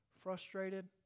frustrated